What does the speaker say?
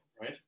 right